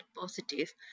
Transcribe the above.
positive